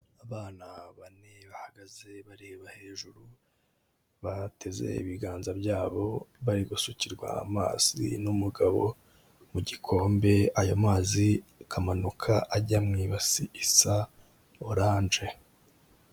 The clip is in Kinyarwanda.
Abana bane bahagaze bareba hejuru, bateze ibiganza byabo bari gusukirwa amazi n'umugabo mu gikombe, ayo mazi akamanuka ajya mu ibasi isa oranje.